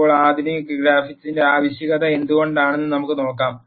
ഇപ്പോൾ ആധുനിക ഗ്രാഫിക്സിന്റെ ആവശ്യകത എന്തുകൊണ്ടാണെന്ന് നമുക്ക് നോക്കാം